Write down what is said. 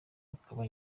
akaba